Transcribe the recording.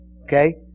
Okay